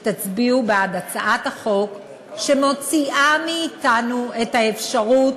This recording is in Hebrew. שתצביעו בעד הצעת החוק שמוציאה מאתנו את האפשרות